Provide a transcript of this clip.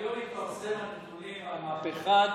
היום התפרסמו נתונים על מהפכת